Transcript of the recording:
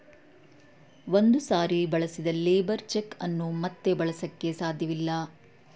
ಒಂದು ಸಾರಿ ಬಳಸಿದ ಲೇಬರ್ ಚೆಕ್ ಅನ್ನು ಮತ್ತೆ ಬಳಸಕೆ ಸಾಧ್ಯವಿಲ್ಲ